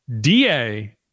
DA